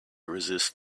resist